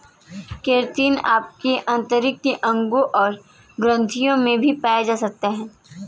keratin आपके आंतरिक अंगों और ग्रंथियों में भी पाया जा सकता है